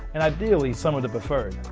and ideally some of the preferred.